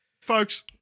folks